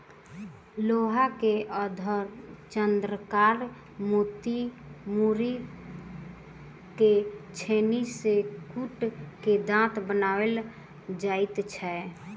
लोहा के अर्धचन्द्राकार मोड़ि क छेनी सॅ कुटि क दाँत बनाओल जाइत छै